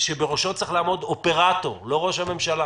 שבראשו צריך לעמוד אופרטור, לא ראש הממשלה,